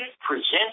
presents